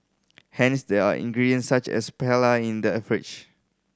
hence there are ingredients such as paella in the a fridge